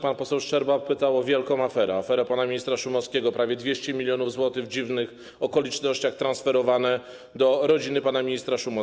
Pan poseł Szczerba pytał o wielką aferę, aferę pana ministra Szumowskiego: prawie 200 mln zł w dziwnych okolicznościach transferowano do rodziny pana ministra Szumowskiego.